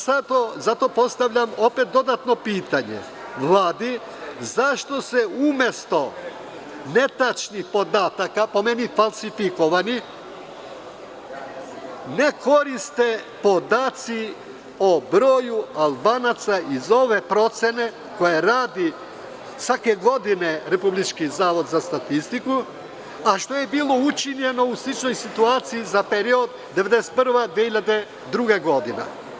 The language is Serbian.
Zato postavljam dodatno pitanje Vladi – zašto se umesto netačnih podataka, po meni falsifikovanih, ne koriste podaci o broju Albanaca iz ove procene koju radi svake godine Republički zavod za statistiku, a što je bilo učinjeno u sličnoj situaciji za period od 2001. do 2002. godine?